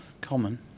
common